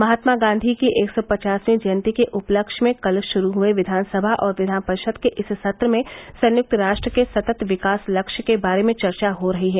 महात्मा गांधी की एक सौ पचासवीं जयंती के उपलक्ष्य में कल शुरू हुए विधानसभा और विधान परिषद के इस सत्र में संयुक्त राष्ट्र के सतत विकास लक्ष्य के बारे में चर्चा हो रही है